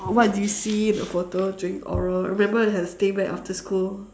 what do you see in the photo during oral I remember we had to stay back after school